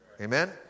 Amen